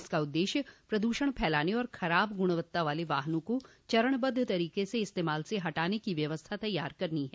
इसका उद्देश्य प्रदूषण फैलाने और खराब गुणवत्ता वाले वाहनों को चरणबद्ध तरीके से इस्तेमाल से हटाने की व्यवस्था तैयार करनी है